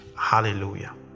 hallelujah